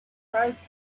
prize